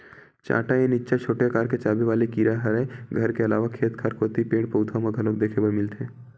चाटा ए निच्चट छोटे अकार के चाबे वाले कीरा हरय घर के अलावा खेत खार कोती पेड़, पउधा म घलोक देखे बर मिलथे